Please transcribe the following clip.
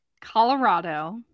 Colorado